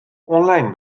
online